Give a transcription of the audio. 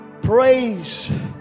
Praise